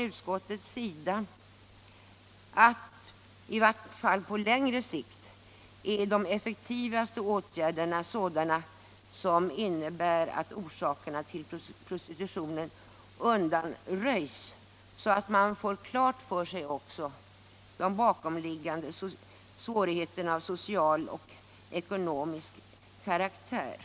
Utskottet sade att de i varje fall på längre sikt effektivaste åtgärderna är sådana som innebär att orsakerna till prostitutionen undanröjs, och att det är viktigt att man får klart för sig de bakomliggande svårigheterna av social och ekonomisk karaktär.